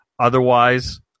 Otherwise